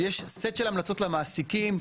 יש סט של המלצות למעסיקים.